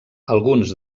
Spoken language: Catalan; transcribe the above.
alguns